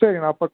சரிங்க நான்